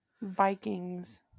Vikings